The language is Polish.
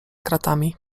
kratami